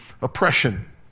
oppression